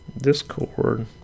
Discord